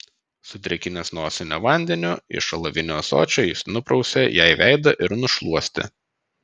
sudrėkinęs nosinę vandeniu iš alavinio ąsočio jis nuprausė jai veidą ir nušluostė